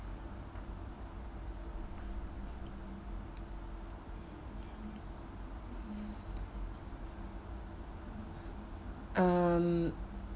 um